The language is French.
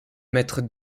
maître